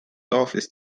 office